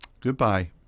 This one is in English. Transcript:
Goodbye